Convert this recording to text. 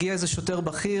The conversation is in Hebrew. הגיע איזה שוטר בכיר,